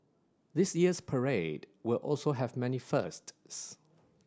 this year's parade will also have many firsts